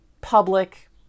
public